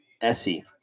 Essie